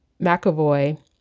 McAvoy